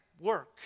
work